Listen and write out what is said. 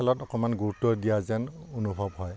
খেলত অকণমান গুৰুত্ব দিয়া যেন অনুভৱ হয়